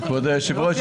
כבוד היושב-ראש,